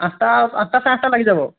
আঠটা আঠটা চাৰে আঠটাত লাগি যাব